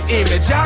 image